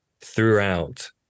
throughout